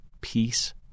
peace